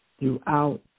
throughout